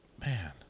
Man